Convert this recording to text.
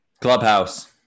Clubhouse